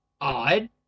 odd